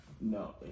No